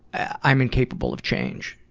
i'm incapable of change.